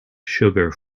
sugar